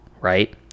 right